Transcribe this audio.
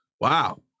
wow